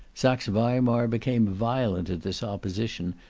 saxe-weimar became violent at this opposition,